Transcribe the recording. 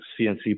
CNC